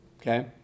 Okay